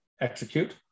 execute